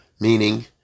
Meaning